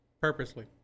purposely